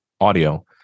audio